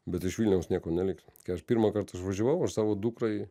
bet iš vilniaus nieko neliks kai aš pirmąkart išvažiavau aš savo dukrai